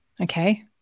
Okay